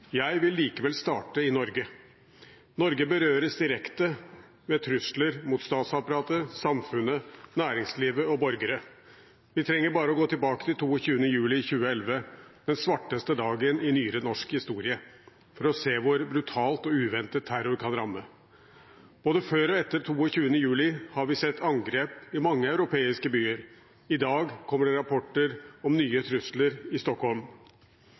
Jeg vil likevel starte i Norge. Norge berøres direkte ved trusler mot statsapparatet, samfunnet, næringslivet og borgere. Vi trenger bare å gå tilbake til 22. juli 2011, den svarteste dagen i nyere norsk historie, for å se hvor brutalt og uventet terror kan ramme. Både før og etter 22. juli har vi sett angrep i mange europeiske byer. I dag kommer det rapporter om nye trusler i Stockholm.